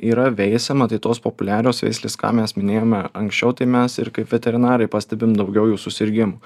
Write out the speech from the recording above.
yra veisiama tai tos populiarios veislės ką mes minėjome anksčiau tai mes ir kaip veterinarai pastebim daugiau jų susirgimų